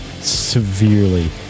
severely